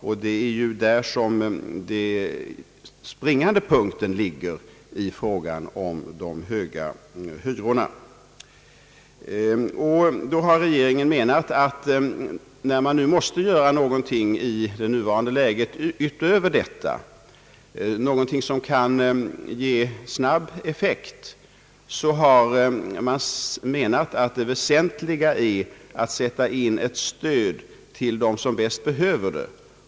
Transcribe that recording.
Och det är här den springande punkten ligger då det gäller de höga hyrorna. Men när någonting utöver detta, någonting som kan ge snabb effekt, måste göras i nuvarande läge, så har regeringen ansett att det väsentliga är att sätta in ett stöd åt dem som bäst behöver det.